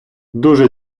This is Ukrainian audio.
дуже